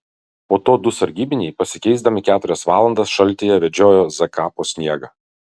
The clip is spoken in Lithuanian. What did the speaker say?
po to du sargybiniai pasikeisdami keturias valandas šaltyje vedžiojo zk po sniegą